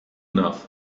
enough